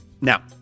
Now